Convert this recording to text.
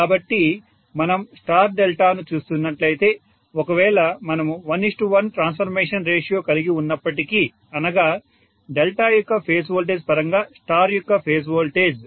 కాబట్టి మనం స్టార్ డెల్టాను చూస్తున్నట్లయితే ఒకవేళ మనము 11 ట్రాన్స్ఫర్మేషన్ రేషియో కలిగి ఉన్నప్పటికీ అనగా డెల్టా యొక్క ఫేజ్ వోల్టేజ్ పరంగా స్టార్ యొక్క ఫేజ్ వోల్టేజ్